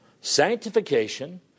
Sanctification